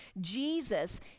Jesus